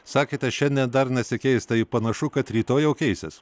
sakėte šiandien dar nesikeis tai panašu kad rytoj jau keisis